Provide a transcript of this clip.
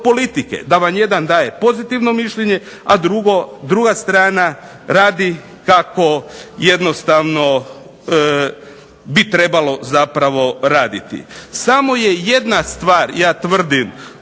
da vam jedan daje pozitivno mišljenje, a druga strana radi kako jednostavno bi trebalo raditi. Samo je jedna stvar ja tvrdim